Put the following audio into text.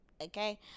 Okay